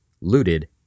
looted